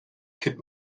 could